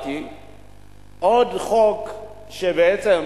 עוד חוק ביורוקרטי, עוד חוק שבעצם,